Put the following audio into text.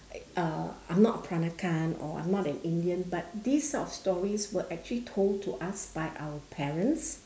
uh I'm not a peranakan or I'm not an indian but these sort of stories were actually told to us by our parents